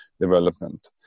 development